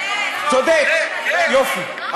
צודק, יופי.